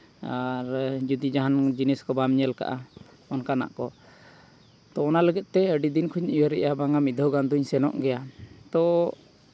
ᱟᱨ ᱡᱩᱫᱤ ᱡᱟᱦᱟᱱ ᱡᱤᱱᱤᱥ ᱠᱚ ᱵᱟᱢ ᱧᱮᱞ ᱠᱟᱜᱼᱟ ᱚᱱᱠᱟᱱᱟᱜ ᱠᱚ ᱛᱚ ᱚᱱᱟ ᱞᱟᱹᱜᱤᱫ ᱛᱮ ᱟᱹᱰᱤ ᱫᱤᱱ ᱠᱷᱚᱱ ᱤᱧ ᱩᱭᱦᱟᱹᱨᱮᱜᱼᱟ ᱵᱟᱝᱟ ᱢᱤᱫ ᱫᱷᱟᱹᱣ ᱜᱟᱱ ᱫᱩᱧ ᱥᱮᱱᱚᱜ ᱜᱮᱭᱟ ᱛᱚ